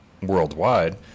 worldwide